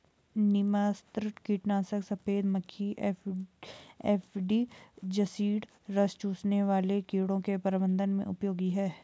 नीमास्त्र कीटनाशक सफेद मक्खी एफिड जसीड रस चूसने वाले कीड़ों के प्रबंधन में उपयोगी है